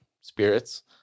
spirits